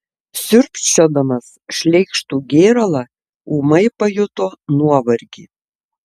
siurbčiodamas šleikštų gėralą ūmai pajuto nuovargį